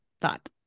thought